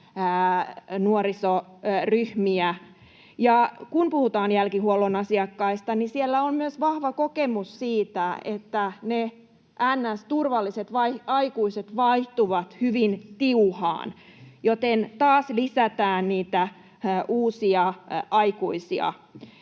nuorisoryhmiä. Ja kun puhutaan jälkihuollon asiakkaista, niin siellä on myös vahva kokemus siitä, että ne ns. turvalliset aikuiset vaihtuvat hyvin tiuhaan, joten taas lisätään niitä uusia aikuisia.